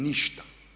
Ništa!